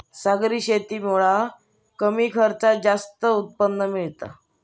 सागरी शेतीमुळा कमी खर्चात जास्त उत्पन्न मिळता